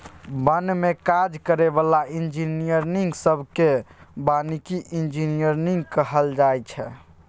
बन में काज करै बला इंजीनियरिंग सब केँ बानिकी इंजीनियर कहल जाइ छै